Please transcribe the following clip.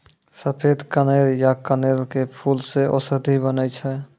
सफेद कनेर या कनेल के फूल सॅ औषधि बनै छै